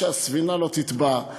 שהספינה לא תטבע,